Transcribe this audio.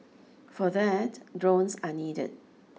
for that drones are needed